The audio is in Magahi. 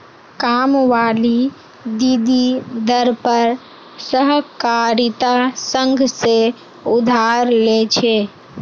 कामवाली दीदी दर पर सहकारिता संघ से उधार ले छे